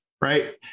Right